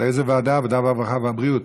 לאיזה ועדה, העבודה, הרווחה והבריאות?